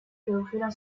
produjeron